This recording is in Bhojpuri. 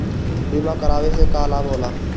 बीमा करावे से का लाभ होला?